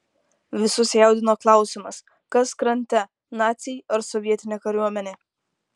visus jaudino klausimas kas krante naciai ar sovietinė kariuomenė